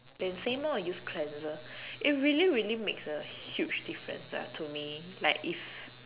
and same lor use cleanser it really really makes a huge difference ah to me like if